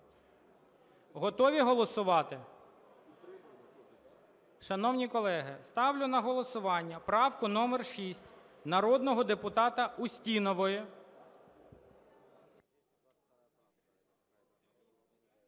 Готові голосувати? Шановні колеги, ставлю на голосування правку номер 6 народного депутата Устінової.